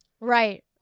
Right